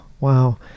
wow